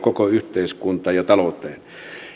koko yhteiskuntaan ja talouteen